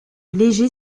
léger